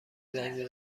زنگ